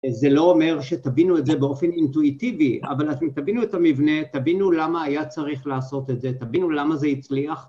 זה לא אומר שתבינו את זה באופן אינטואיטיבי, אבל אתם תבינו את המבנה, תבינו למה היה צריך לעשות את זה, תבינו למה זה הצליח